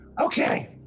Okay